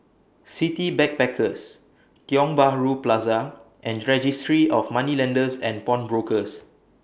City Backpackers Tiong Bahru Plaza and Registry of Moneylenders and Pawnbrokers